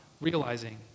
realizing